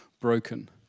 broken